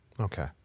Okay